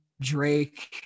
drake